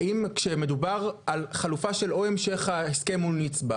האם כשמדובר על חלופה של או המשך ההסכם מול נצבא